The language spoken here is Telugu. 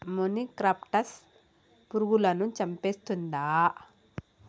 మొనిక్రప్టస్ పురుగులను చంపేస్తుందా?